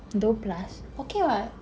dua belas okay [what]